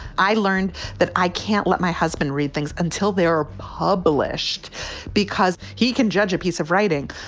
i learned that i can't let my husband read things until they are published because he can judge a piece of writing.